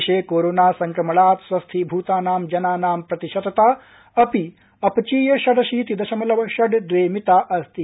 देशे कोरोना संक्रमणाप् स्वस्थीभू ानां जनानां प्रपिश ा अपि अपचीय षडशी दशमलव षड् द्वे मि ा अस्ति